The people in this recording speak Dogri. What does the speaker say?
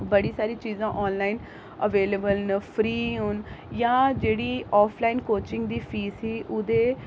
बड़ी सारी चीजां आनलाइन अवेलेबल न फ्री हुन जां जेह्ड़ी आफलाइन कोचिंग दी फीस ही उ'दे